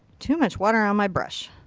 too much water on my brush.